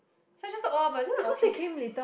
so I just talk oh but then I okay